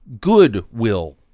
Goodwill